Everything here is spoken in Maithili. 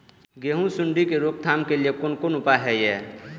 गेहूँ सुंडी के रोकथाम के लिये कोन कोन उपाय हय?